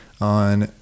On